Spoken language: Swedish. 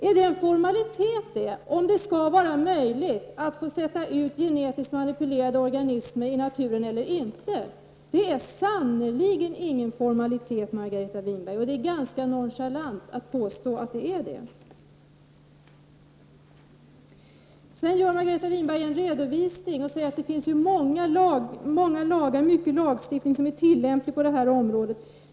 Är det en formalitet om det skall vara möjligt att få sätta ut genetiskt manipulerade organismer i naturen eller inte? Det är sannerligen ingen formalitet, Margareta Winberg. Det är nonchalant att påstå att det är det. Margareta Winberg ger en redovisning och säger att det finns många lagar som är tillämpliga på detta område.